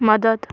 मदत